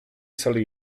sali